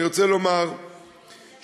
אני רוצה לומר שהמציאות